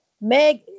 Meg